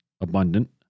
abundant